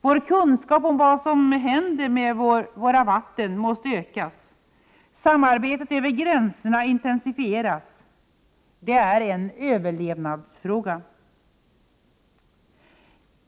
Vår kunskap om vad som händer med våra vatten måste ökas, samarbetet över gränserna intensifieras. Det är en överlevnadsfråga.